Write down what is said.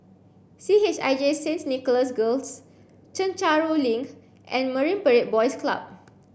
C H I J Saints Nicholas Girls Chencharu Link and Marine Parade Boys Club